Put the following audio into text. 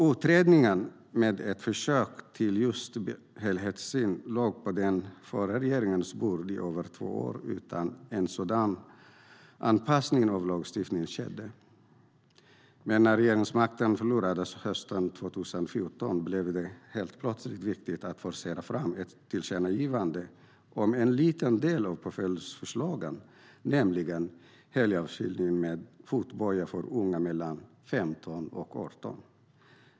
Utredningen, med ett försök till just en sådan helhetssyn, låg på den förra regeringens bord i över två år utan att en sådan anpassning av lagstiftningen skedde. När regeringsmakten förlorades hösten 2014 blev det dock helt plötslig viktigt att forcera fram ett tillkännagivande om en liten del av påföljdsförslagen, nämligen helgavskiljning med fotboja för unga mellan 15 och 18 år.